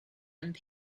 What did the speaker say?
and